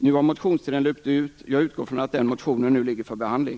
Nu har motionstiden löpt ut, och jag utgår från att den motionen nu ligger för behandling.